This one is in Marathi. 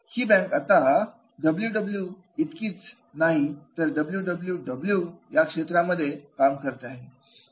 ही बँक आता स्वतः डब्ल्यू डब्ल्यू डब्ल्यू इतकच नाही तर डब्ल्यू डब्ल्यू डब्ल्यू डब्ल्यू या क्षेत्रामध्ये हे काम करते